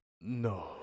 No